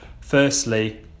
Firstly